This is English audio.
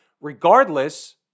Regardless